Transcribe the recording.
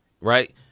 right